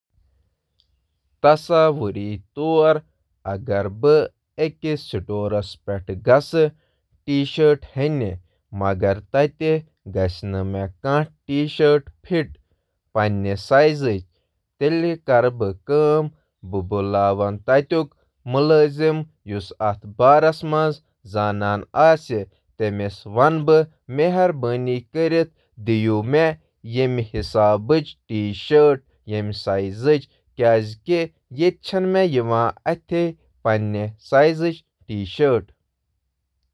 تصور کٔرِو، بہٕ چھُس أکِس سٹورَس منٛز ٹی شرٹ ہینٕچ کوٗشِش کران، مگر مےٚ چھُنہٕ صحیح سائز لبنہٕ یِوان۔ پتہٕ پرژھٕ بہٕ سٹور اسسٹنٹ۔ مہربٲنی کٔرِتھ ہاو مےٚ میانہِ سائزٕچ اکھ ٹی شرٹ قمیض۔ مےٚ ہیوٚک نہٕ صحیح سائز لٔبِتھ۔